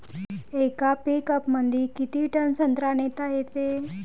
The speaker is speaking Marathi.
येका पिकअपमंदी किती टन संत्रा नेता येते?